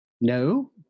No